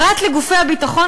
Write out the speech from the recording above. פרט לגופי הביטחון,